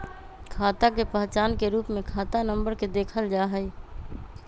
खाता के पहचान के रूप में खाता नम्बर के देखल जा हई